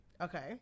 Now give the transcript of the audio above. Okay